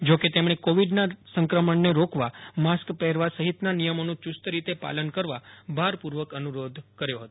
જો કે તેમણે કોવિડના સંક્રમણને રોકવા માસ્ક પહેરવા સહિતના નિયમોનું યૂ સ્ત રીતે પાલન કરવા ભારપૂ ર્વક અનુ રોધ કર્યો હતો